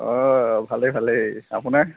অঁ ভালেই ভালেই আপোনাৰ